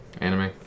Anime